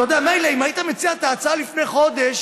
אתה יודע, מילא אם היית מציע את ההצעה לפני חודש,